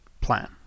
plan